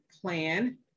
plan